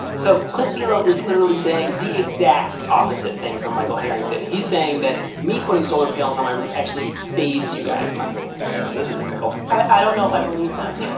so cliff belo is literally saying the exact opposite thing from michael harrington. he's saying that me putting solar panels on my roof actually saves you guys money okay, well this is a pickle i don't know if i believe him.